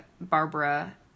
Barbara